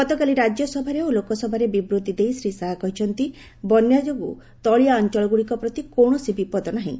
ଗତକାଲି ରାଜ୍ୟସଭା ଓ ଲୋକସଭାରେ ବିବୃତ୍ତି ଦେଇ ଶ୍ରୀ ଶାହା କହିଛନ୍ତି ବନ୍ୟା ଯୋଗୁଁ ତଳିଆ ଅଞ୍ଚଳଗୁଡ଼ିକ ପ୍ରତି କୌଣସି ବିପଦ ନାହିଁ